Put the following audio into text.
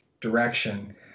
direction